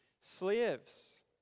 Slaves